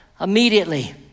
immediately